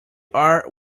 are